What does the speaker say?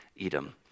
Edom